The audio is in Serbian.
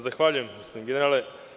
Zahvaljujem gospodine generale.